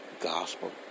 gospel